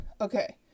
okay